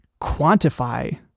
quantify